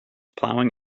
plowing